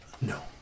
No